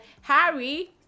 Harry